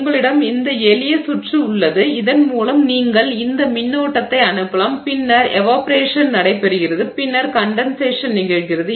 உங்களிடம் இந்த எளிய சுற்று உள்ளது இதன் மூலம் நீங்கள் இந்த மின்னோட்டத்தை அனுப்பலாம் பின்னர் எவாப்பொரேஷன் நடைபெறுகிறது பின்னர் கண்டென்சேஷன் நிகழ்கிறது